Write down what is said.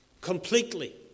completely